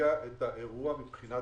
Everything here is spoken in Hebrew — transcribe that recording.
הנהיגה את האירוע מבחינת